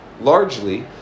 largely